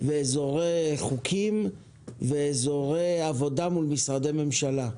ואזורי חוקים ואזורי עבודה מול משרדי ממשלה.